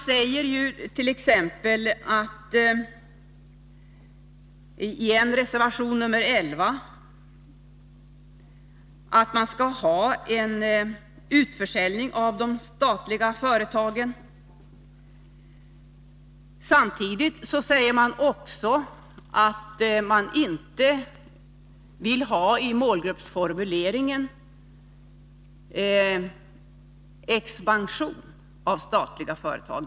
I t.ex. reservation nr 11 förespråkas en utförsäljning av de statliga företagen. Samtidigt framhålls att det i målgruppsformuleringen inte bör ingå en inriktning på expansion av statliga företag.